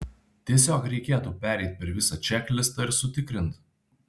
tiesiog reikėtų pereit per visą čeklistą ir sutikrint